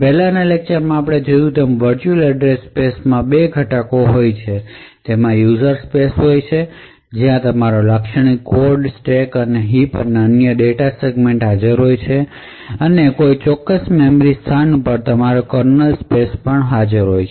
પહેલાંના લેક્ચરમાં આપણે જોયું તેમ વર્ચુઅલ સરનામાંની સ્પેસ માં બે ઘટકોનો સમાવેશ છે તેથી તેમાં યુઝર સ્પેસનો સમાવેશ થાય છે જ્યાં તમારો લાક્ષણિક કોડ સ્ટેક હિપ અને અન્ય ડેટા સેગમેન્ટ્સ હાજર હોય અને કોઈ ચોક્કસ મેમરી સ્થાનની ઉપર તમારી પાસે કર્નલ સ્પેસ હોય છે